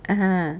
(uh huh)